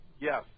Yes